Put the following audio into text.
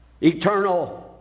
eternal